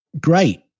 Great